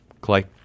Clay